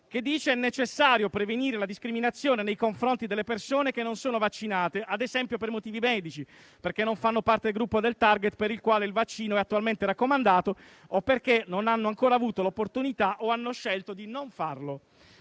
26 "È necessario prevenire la discriminazione nei confronti delle persone che non sono vaccinate, ad esempio per motivi medici, perché non fanno parte del gruppo target per il quale il vaccino è attualmente raccomandato, o perché non hanno ancora avuto l'opportunità o hanno scelto di non farlo.*").